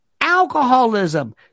Alcoholism